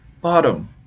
bottom